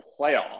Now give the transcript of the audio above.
playoff